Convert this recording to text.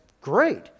great